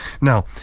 Now